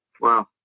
Wow